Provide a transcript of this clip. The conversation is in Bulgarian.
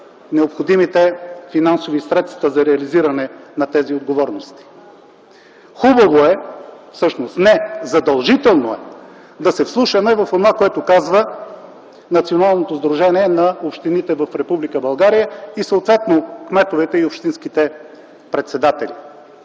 необходимите финансови средства за реализиране на тези отговорности. Хубаво е, всъщност – не, задължително е да се вслушваме в онова, което казва Националното сдружение на общините в Република България и съответно кметовете и общинските председатели.